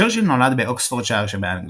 צ'רצ'יל נולד באוקספורדשייר שבאנגליה.